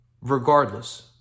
regardless